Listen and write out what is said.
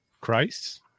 christ